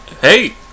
hey